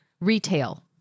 Retail